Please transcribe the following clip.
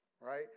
Right